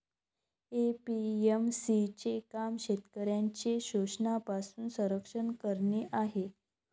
APMC चे काम शेतकऱ्यांचे शोषणापासून संरक्षण करणे आहे